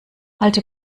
alte